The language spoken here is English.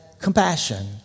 compassion